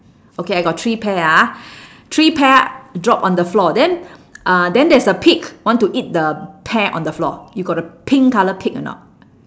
okay I got three pear ah three pear drop on the floor then uh then there is a pig want to eat the pear on the floor you got a pink colour pig or not